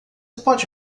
pode